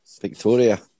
Victoria